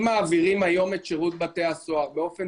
אם מעבירים היום את שירות בתי הסוהר באופן